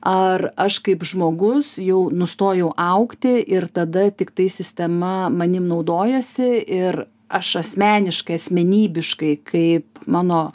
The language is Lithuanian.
ar aš kaip žmogus jau nustojau augti ir tada tiktai sistema manim naudojasi ir aš asmeniškai asmenybiškai kaip mano